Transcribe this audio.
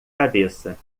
cabeça